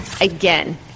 again